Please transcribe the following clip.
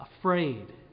afraid